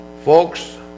Folks